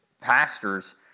pastors